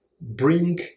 bring